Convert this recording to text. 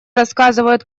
рассказывают